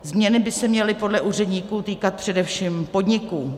Změny by se měly podle úředníků týkat především podniků.